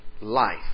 life